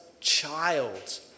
child